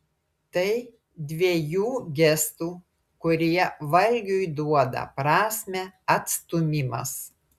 tai dvejų gestų kurie valgiui duoda prasmę atstūmimas